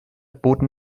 boten